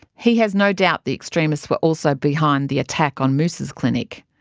he has no doubt the extremists were also behind the attack on musa's clinic.